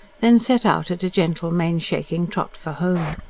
then set out at a gentle, mane-shaking trot for home.